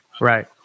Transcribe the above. Right